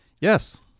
Yes